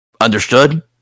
Understood